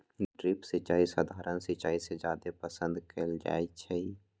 drip सिंचाई सधारण सिंचाई से जादे पसंद कएल जाई छई